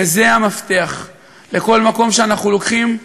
וזה המפתח, לכל מקום שאנחנו הולכים,